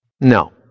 No